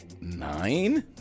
nine